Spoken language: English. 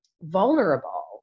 vulnerable